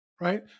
Right